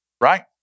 right